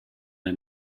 her